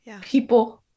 people